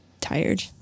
tired